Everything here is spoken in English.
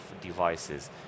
devices